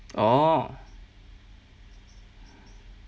orh